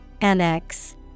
Annex